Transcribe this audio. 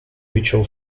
ritual